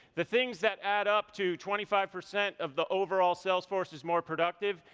the things that add up to twenty five percent of the overall salesforce is more productive.